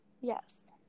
yes